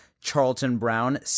Charlton-Brown